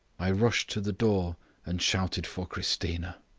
i rushed to the door and shouted for christina.